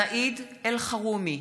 (קוראת בשמות חברי הכנסת) סעיד אלחרומי,